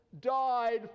died